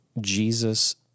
Jesus